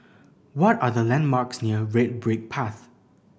what are the landmarks near Red Brick Path